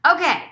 Okay